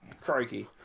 crikey